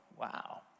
wow